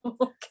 okay